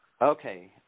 okay